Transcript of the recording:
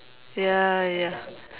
ya ya